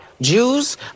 Jews